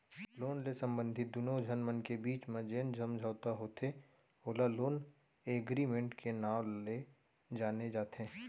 loan ले संबंधित दुनो झन मन के बीच म जेन समझौता होथे ओला लोन एगरिमेंट के नांव ले जाने जाथे